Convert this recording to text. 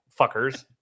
fuckers